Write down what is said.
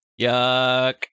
Yuck